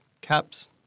CAPS